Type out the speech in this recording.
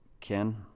Ken